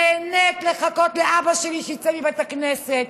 נהנית לחכות לאבא שלי שיצא מבית הכנסת,